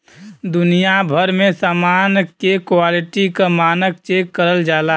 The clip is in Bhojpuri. दुनिया भर में समान के क्वालिटी क मानक चेक करल जाला